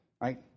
Right